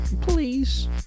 please